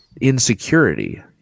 insecurity